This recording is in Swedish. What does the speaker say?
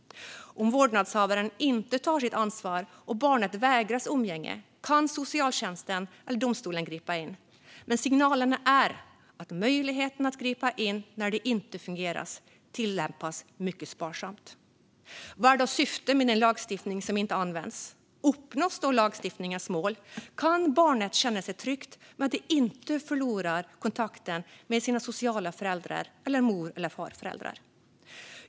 Om vårdnadshavaren inte tar sitt ansvar, och barnet vägras umgänge, kan socialtjänsten eller domstolen gripa in. Men signalerna är att möjligheten att gripa in när det inte fungerar tillämpas mycket sparsamt. Vad är då syftet med en lagstiftning som inte används? Uppnås då lagstiftningens mål? Kan barnet känna sig trygg med att det inte förlorar kontakten med sina sociala föräldrar eller mor och farföräldrar?